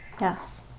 Yes